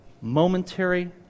momentary